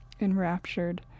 enraptured